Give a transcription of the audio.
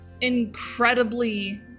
incredibly